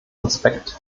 aspekt